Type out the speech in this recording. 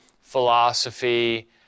philosophy